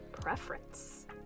preference